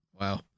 Wow